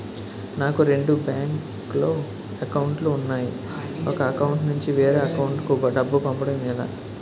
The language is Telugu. నాకు రెండు బ్యాంక్ లో లో అకౌంట్ లు ఉన్నాయి ఒక అకౌంట్ నుంచి వేరే అకౌంట్ కు డబ్బు పంపడం ఎలా?